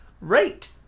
Rate